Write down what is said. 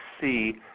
see